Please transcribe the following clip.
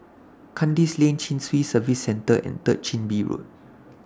Kandis Lane Chin Swee Service Centre and Third Chin Bee Road